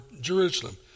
Jerusalem